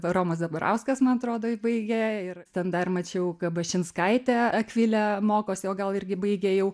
romas zabarauskas man atrodo baigė ir ten dar mačiau kabašinskaitė akvilė mokosi o gal irgi baigė jau